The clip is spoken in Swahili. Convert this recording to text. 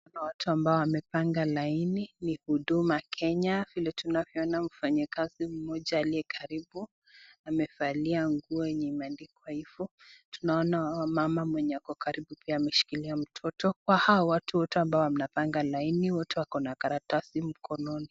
Kuna watu ambao wamepanga laini. Ni Huduma Kenya. Vile tunavyoona, mfanyikazi mmoja aliyekaribu amevalia nguo yenye imeandikwa hivo. Tunaona mama mwenye ako karibu pia ameshikilia mtoto. Kwa hawa watu wote ambao wanapanga laini, wote wako na karatasi mkononi.